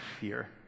fear